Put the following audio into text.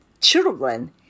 children